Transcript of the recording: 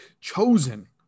Chosen